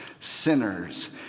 sinners